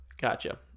Gotcha